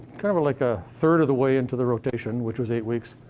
kind of of like a third of the way into the rotation, which was eight weeks,